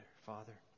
Father